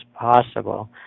possible